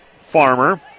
Farmer